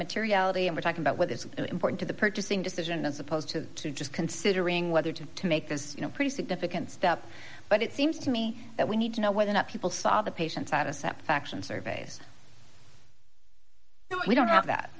materiality and we're talking about whether it's important to the purchasing decision as opposed to just considering whether to make this you know pretty significant step but it seems to me that we need to know whether or not people saw the patients had a separate faction surveys and we don't have that